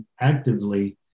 actively